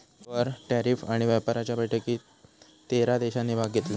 कर, टॅरीफ आणि व्यापाराच्या बैठकीत तेरा देशांनी भाग घेतलो